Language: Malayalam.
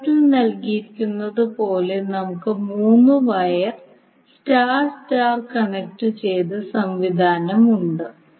ചിത്രത്തിൽ നൽകിയിരിക്കുന്നത് പോലെ നമുക്ക് മൂന്ന് വയർ സ്റ്റാർ സ്റ്റാർ കണക്റ്റുചെയ്ത സംവിധാനമുണ്ട്